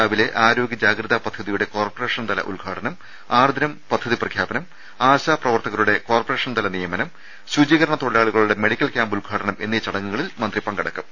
രാവിലെ ആരോഗൃ ജാഗ്രതാ പദ്ധതിയുടെ കോർപ്പറേ ഷൻതല ഉദ്ഘാടനം ആർദ്രം പദ്ധതി പ്രഖ്യാപനം ആശാ പ്രവർത്തകരുടെ കോർപ്പറേഷൻതല നിയമനം ശുചീകരണ തൊഴിലാളികളുടെ മെഡിക്കൽ ക്യാമ്പ് ഉദ്ഘാടനം എന്നീ ചടങ്ങുകളിൽ മന്ത്രി പങ്കെടുക്കും